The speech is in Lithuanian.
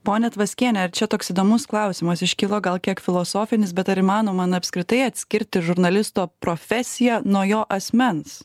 ponia tvaskiene ir čia toks įdomus klausimas iškilo gal kiek filosofinis bet ar įmanoma na apskritai atskirti žurnalisto profesiją nuo jo asmens